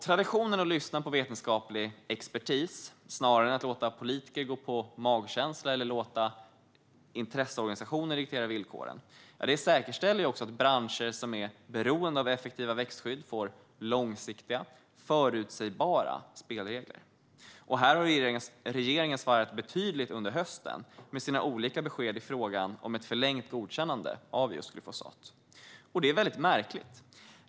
Traditionen att lyssna på vetenskaplig expertis snarare än att låta politiker gå på magkänsla eller låta intresseorganisationer diktera villkoren säkerställer att branscher som är beroende av effektiva växtskydd får långsiktiga, förutsägbara spelregler. Här har regeringen svajat betydligt under hösten med sina olika besked i frågan om ett förlängt godkännande av just glyfosat. Det är väldigt märkligt.